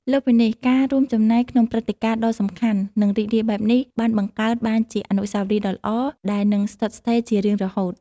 លើសពីនេះ ការរួមចំណែកក្នុងព្រឹត្តិការណ៍ដ៏សំខាន់ និងរីករាយបែបនេះ បាន បង្កើតបានជាអនុស្សាវរីយ៍ដ៏ល្អ ដែលនឹងស្ថិតស្ថេរជារៀងរហូត។